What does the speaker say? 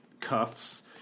cuffs